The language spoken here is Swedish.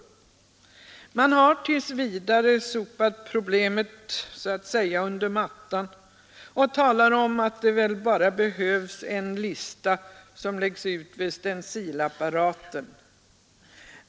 Man har tills vidare så att säga sopat problemet under mattan och talat om att det bara behövs en lista som läggs ut vid stencilapparaten.